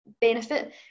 benefit